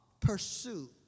pursue